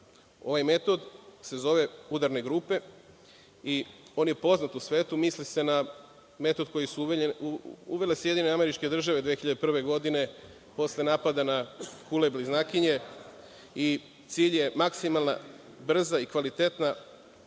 Ovaj metod se zove - udarne grupe i on je poznat u svetu. Misli se na metod koje su uvele SAD 2001. godine posle napada na „kule bliznakinje“ i cilj je maksimalna, brza i kvalitetna